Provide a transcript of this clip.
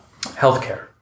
healthcare